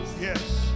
Yes